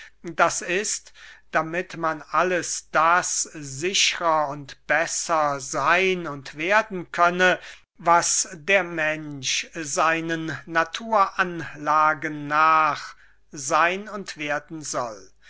d i damit man alles das sichrer und besser seyn und werden könne was der mensch seinen naturanlagen nach seyn und werden soll